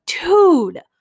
dude